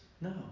No